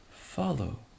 Follow